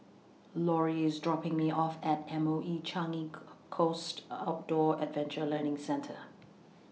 Lauri IS dropping Me off At M O E Changi Coast Outdoor Adventure Learning Centre